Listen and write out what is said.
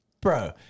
Bro